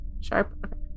Sharp